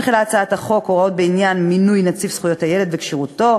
הצעת החוק מכילה הוראות בעניין מינוי נציב זכויות הילד וכשירותו,